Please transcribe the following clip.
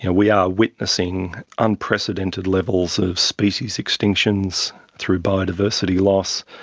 yeah we are witnessing unprecedented levels of species extinctions through biodiversity loss,